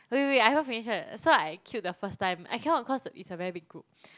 wait wait wait I haven't finish yet so I queued the first time I cannot cause it's a very big group